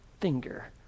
finger